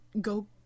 go